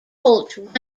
holt